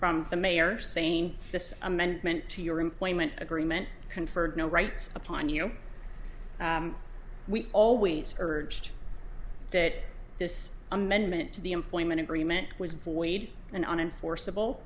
from the mayor saying this amendment to your employment agreement conferred no rights upon you we always urged that this amendment to the employment agreement was void and on enforceable